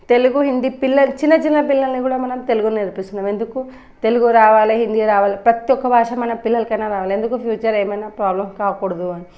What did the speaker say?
తెలుగు హిందీ పిల్లల చిన్న చిన్న పిల్లల్ని కూడా మనం తెలుగు నేర్పిస్తున్నాం ఎందుకు తెలుగు రావాలి హిందీ రావాలి ప్రతి ఒక్క భాష మన పిల్లలకైనా రావాలి ఎందుకు మనం ఫ్యూచర్లో ఏమైనా ప్రాబ్లమ్ రాకూడదని